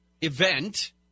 event